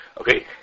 Okay